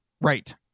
Right